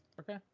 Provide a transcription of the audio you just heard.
Okay